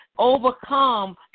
overcome